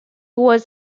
was